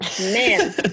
man